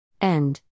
End